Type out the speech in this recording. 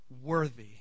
worthy